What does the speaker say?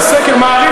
זה סקר "מעריב".